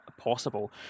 possible